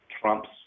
trumps